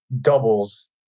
doubles